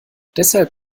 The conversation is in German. deshalb